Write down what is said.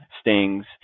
stings